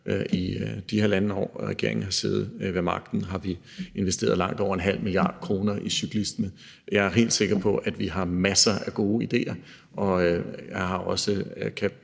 I det halvandet år, regeringen har siddet ved magten, har vi investeret langt over en halv milliard kroner i cyklisme. Jeg er helt sikker på, at vi har masser af gode idéer, og jeg kan godt